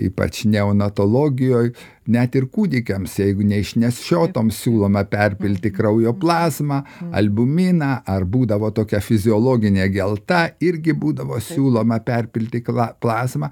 ypač neonatologijoj net ir kūdikiams jeigu neišnešiotam siūloma perpilti kraujo plazmą albuminą ar būdavo tokia fiziologinė gelta irgi būdavo siūloma perpilti kla plazmą